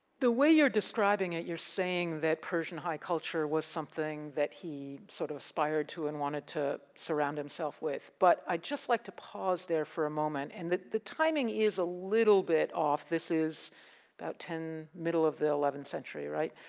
the way you're describing it you're saying that persian high culture was something that he sort of aspired to and wanted to surround himself with, but i'd just like to pause for a moment, and the timing is a little bit off, this is about ten, middle of the eleventh century, right?